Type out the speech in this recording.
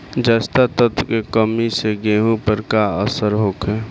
जस्ता तत्व के कमी से गेंहू पर का असर होखे?